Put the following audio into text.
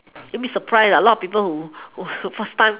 you will be surprised a lot of people who first time